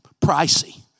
pricey